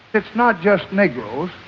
it's not just negroes,